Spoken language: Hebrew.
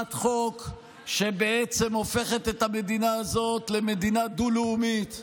הצעת חוק שבעצם הופכת את המדינה הזאת למדינה דו-לאומית.